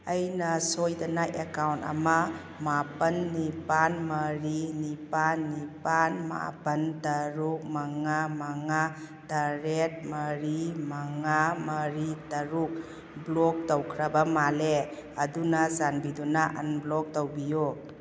ꯑꯩꯅ ꯁꯣꯏꯗꯅ ꯑꯦꯀꯥꯎꯟ ꯑꯃ ꯃꯥꯄꯜ ꯅꯤꯄꯥꯜ ꯃꯔꯤ ꯅꯤꯄꯥꯜ ꯅꯤꯄꯥꯜ ꯃꯥꯄꯜ ꯇꯔꯨꯛ ꯃꯉꯥ ꯃꯉꯥ ꯇꯔꯦꯠ ꯃꯔꯤ ꯃꯉꯥ ꯃꯔꯤ ꯇꯔꯨꯛ ꯕ꯭ꯂꯣꯛ ꯇꯧꯈ꯭ꯔꯕ ꯃꯥꯜꯂꯦ ꯑꯗꯨꯅ ꯆꯥꯟꯕꯤꯗꯨꯅ ꯑꯟꯕ꯭ꯂꯣꯛ ꯇꯧꯕꯤꯌꯨ